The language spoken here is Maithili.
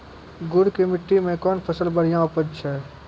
गुड़ की मिट्टी मैं कौन फसल बढ़िया उपज छ?